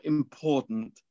important